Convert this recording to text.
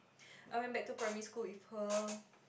I went back to primary school with her